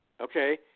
Okay